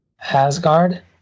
Asgard